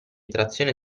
trazione